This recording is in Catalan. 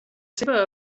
seva